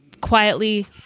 quietly